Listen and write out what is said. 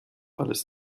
alles